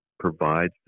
provides